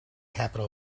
capital